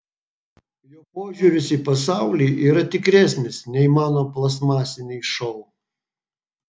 jo požiūris į pasaulį yra tikresnis nei mano plastmasiniai šou